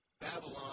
Babylon